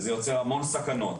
וזה יוצר המון סכנות,